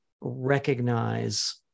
recognize